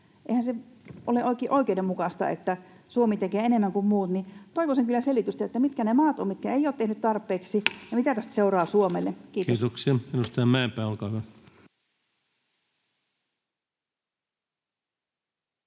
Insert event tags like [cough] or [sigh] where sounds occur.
Eihän se ole oikein oikeudenmukaista, että Suomi tekee enemmän kuin muut. Toivoisin kyllä selitystä, että mitkä ne maat ovat, mitkä eivät ole tehneet tarpeeksi, [noise] ja mitä tästä seuraa Suomelle. — Kiitos. Kiitoksia. — Edustaja Mäenpää, olkaa hyvä.